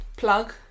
plug